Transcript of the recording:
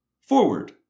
forward